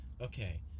okay